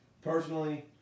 personally